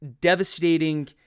devastating